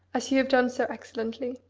as you have done so excellently.